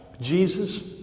Jesus